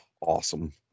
awesome